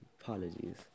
apologies